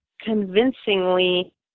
convincingly